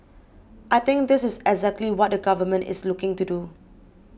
I think this is exactly what the government is looking to do